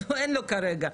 אין לו כרגע,